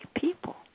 people